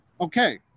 okay